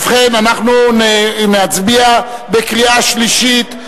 ובכן, אנחנו נצביע בקריאה שלישית.